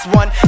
one